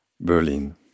Berlin